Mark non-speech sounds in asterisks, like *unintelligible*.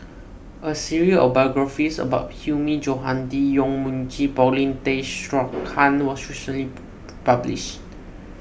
a series of biographies about Hilmi Johandi Yong Mun Chee and Paulin Tay Straughan was *unintelligible* published